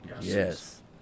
Yes